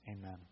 Amen